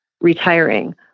retiring